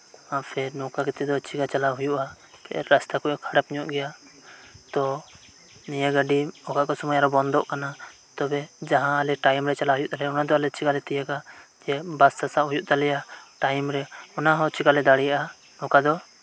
ᱯᱷᱮᱹᱨ ᱱᱚᱝᱠᱟ ᱠᱟᱛᱮ ᱫᱚ ᱪᱤᱠᱟᱹ ᱪᱟᱞᱟᱣ ᱦᱩᱭᱩᱜᱼᱟ ᱨᱟᱥᱛᱟ ᱠᱚᱦᱚᱸ ᱠᱷᱟᱨᱟᱯ ᱧᱚᱜ ᱜᱮᱭᱟ ᱛᱚ ᱱᱤᱭᱟᱹ ᱜᱟᱹᱰᱤ ᱚᱠᱟ ᱠᱚ ᱥᱚᱢᱚᱭ ᱨᱮ ᱵᱚᱱᱫᱚᱜ ᱠᱟᱱᱟ ᱛᱚᱵᱮ ᱟᱞᱮ ᱡᱟᱦᱟᱸ ᱴᱟᱭᱤᱢ ᱨᱮ ᱪᱟᱞᱟᱜ ᱦᱩᱭᱩᱜ ᱛᱟᱞᱮᱭᱟ ᱟᱞᱮ ᱫᱚ ᱪᱤᱠᱟᱹ ᱞᱮ ᱛᱤᱭᱟᱹᱵᱟ ᱥᱮ ᱵᱟᱥ ᱜᱮ ᱥᱟᱵ ᱦᱩᱭᱩᱜ ᱛᱟᱞᱮᱭᱟ ᱴᱟᱭᱤᱢ ᱨᱮ ᱚᱱᱟᱦᱚᱸ ᱪᱮᱠᱟᱞᱮ ᱫᱟᱲᱮᱭᱟᱜᱼᱟ ᱱᱚᱝᱠᱟᱫᱚ